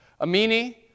Amini